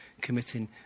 committing